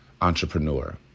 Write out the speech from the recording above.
entrepreneur